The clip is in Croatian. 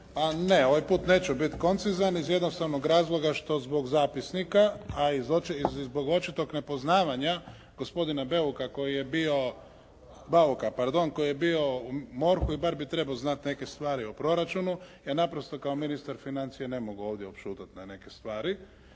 A ne. Ovaj puta neću biti koncizan iz jednostavnog razloga što zbog zapisnika, a i zbog očitog nepoznavanja gospodina Bauka koji je bio u MORH-u i bar bi trebao znati neke stvari o proračunu, jer naprosto kao ministar financija ne mogu ovdje odšutjeti na neke stvari.